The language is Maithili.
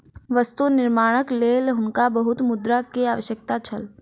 वस्तु निर्माणक लेल हुनका बहुत मुद्रा के आवश्यकता छल